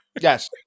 Yes